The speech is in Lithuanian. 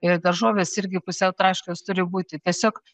ir daržovės irgi pusiau traškios turi būti tiesiog